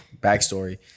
backstory